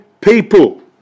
people